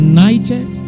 United